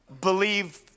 believe